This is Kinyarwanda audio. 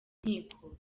nkiko